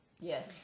Yes